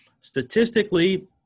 statistically